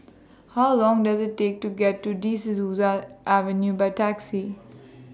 How Long Does IT Take to get to Dies Souza Avenue By Taxi